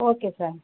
okay sir